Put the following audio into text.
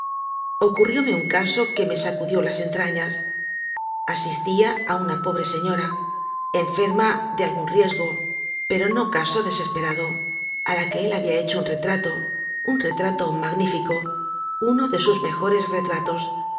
enfermos ocurrióme un caso que me sacudió las entrañas asistía a una pobre señora enferma de algún riesgo pero no caso desesperado a la que él había hecho un retrato un retrato magnífico uno de sus mejores retratos